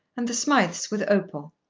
and the smijths with opal.